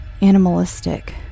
animalistic